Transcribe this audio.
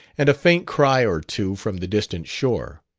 and a faint cry or two from the distant shore.